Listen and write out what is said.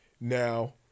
Now